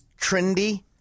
trendy